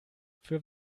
für